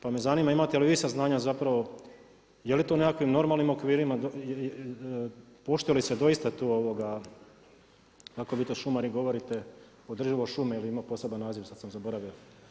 Pa me zanima imate li vi saznanja zapravo je li to u nekakvim normalnim okvirima, poštuje li se doista tu, kako vi to šumari govorite, održivost šume ili ima poseban naziv, sad sam zaboravio?